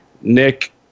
Nick